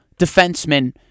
defenseman